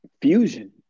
fusion